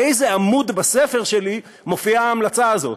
באיזה עמוד בספר שלי מופיעה ההמלצה הזאת,